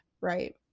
Right